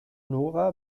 nora